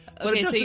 Okay